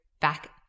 back